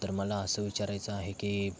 तर मला असं विचारायचं आहे की